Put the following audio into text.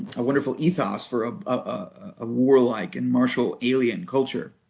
a wonderful ethos for ah a warlike and martial alien culture.